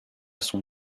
son